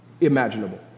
imaginable